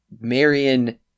Marion